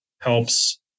helps